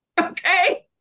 Okay